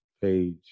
page